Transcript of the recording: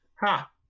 Ha